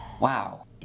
Wow